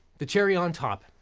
the cherry on top